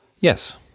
Yes